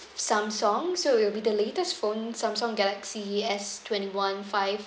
Samsung so it will be the latest phone Samsung galaxy S twenty-one five